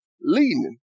Leading